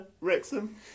Wrexham